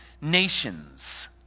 nations